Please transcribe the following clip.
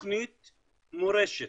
תוכנית מורשת,